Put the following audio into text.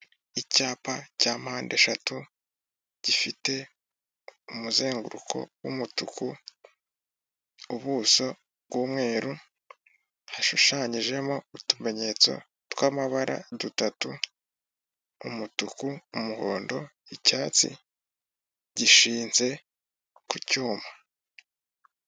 Icyapa cya mpandeshatu gifite umuzenguruko w'umutuku, ubuso bw'umweru, hashushanyijemo utumenyetso tw'amabara dutatu, umutuku, umuhondo, icyatsi gishinze ku cyuma.